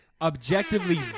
objectively